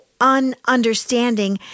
ununderstanding